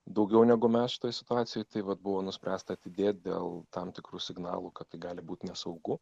daugiau negu mes šitoj situacijoj tai vat buvo nuspręsta atidėt dėl tam tikrų signalų kad gali būti nesaugu